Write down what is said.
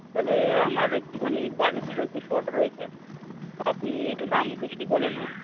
তাহলে আমার একটুখানি বাজেটেরও একটু শর্ট রয়েছে আপনি একটু দামগুলো যদি বলেন আমায়